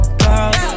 girls